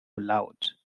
laut